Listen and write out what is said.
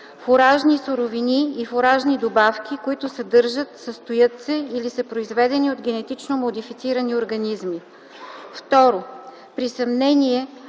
фуражни суровини и фуражни добавки, които съдържат, състоят се или са произведени от генетично модифицирани организми;